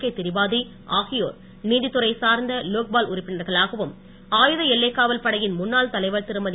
K Tripathi ஆகியோர் நீதித்துறை சார்ந்த லோக்பால் உறுப்பினர்களாகவும் ஆயுத எல்லைக்காவல் படையின் முன்னாள் தலைவர் திருமதி